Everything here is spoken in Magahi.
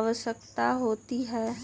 आवश्यकता होती है?